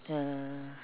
ya